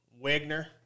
Wagner